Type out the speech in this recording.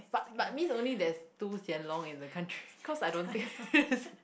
but but mean only there's two Hsien Loong in the country cause I don't think